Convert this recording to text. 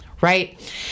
Right